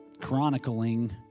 chronicling